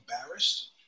embarrassed